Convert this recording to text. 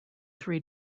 three